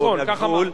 מהגבול,